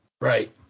Right